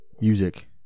music